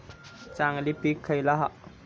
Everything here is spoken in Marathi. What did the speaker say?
चांगली पीक खयला हा?